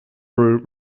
were